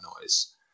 noise